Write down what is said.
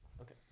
Okay